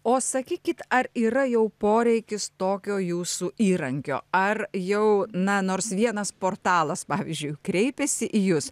o sakykit ar yra jau poreikis tokio jūsų įrankio ar jau na nors vienas portalas pavyzdžiui kreipėsi į jus